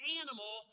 animal